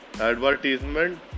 advertisement